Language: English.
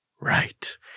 right